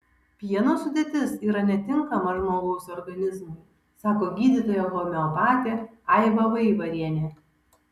pieno sudėtis yra netinkama žmogaus organizmui sako gydytoja homeopatė aiva vaivarienė